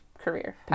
career